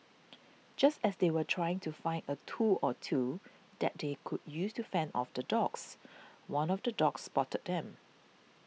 just as they were trying to find a tool or two that they could use to fend off the dogs one of the dogs spotted them